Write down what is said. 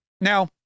Now